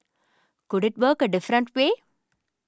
could it work a different way